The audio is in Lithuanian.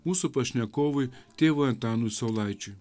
mūsų pašnekovui tėvui antanui saulaičiui